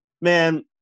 man